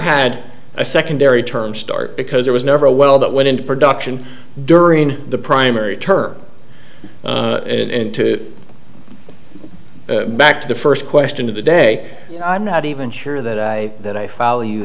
had a secondary term start because there was never a well that went into production during the primary term in two back to the first question of the day i'm not even sure that i that i follow you